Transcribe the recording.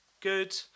good